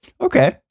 Okay